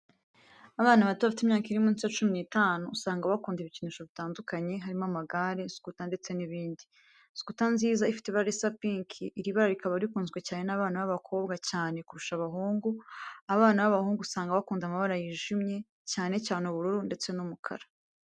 Abana bato bafite imyaka iri munsi ya cumi n'itanu usanga bakunda ibikinisho bitandukanye harimo amagare, sukuta ndetse nibindi. Sukuta nziza ifite ibara risa pinki, iri bara rikaba rikunzwe cyane n'abana ba bakobwa cyane kurusha abahungu, abana baba hungu usanga bakunda amabara yijimye cyane cyane ubururu, ndetse n'umukara.